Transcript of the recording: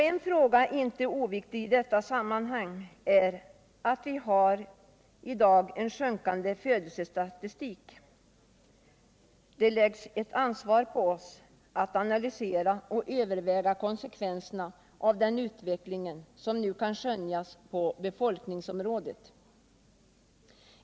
En fråga, inte oviktig i detta sammanhang, är att vi i dag har en sjunkande födelsestatistik. Det läggs ett ansvar på oss att analysera och överväga konsekvenserna av den utveckling som nu kan skönjas på befolkningsområdet.